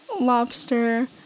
lobster